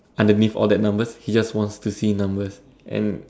underneath all that numbers he just want to see numbers